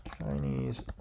Chinese